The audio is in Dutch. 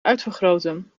uitvergroten